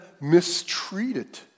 mistreated